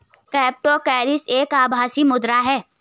crypto currency एक आभासी मुद्रा है